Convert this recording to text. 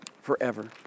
forever